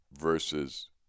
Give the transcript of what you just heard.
versus